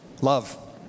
love